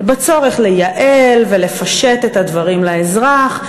בצורך לייעל ולפשט את הדברים לאזרח.